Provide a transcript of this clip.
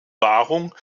wahrung